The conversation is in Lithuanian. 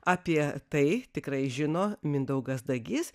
apie tai tikrai žino mindaugas dagys